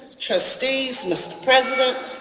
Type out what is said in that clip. trustees, mr. president,